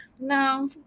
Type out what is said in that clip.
no